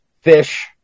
fish